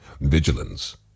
vigilance